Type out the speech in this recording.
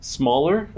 smaller